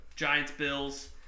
Giants-Bills